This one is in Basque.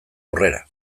aurrera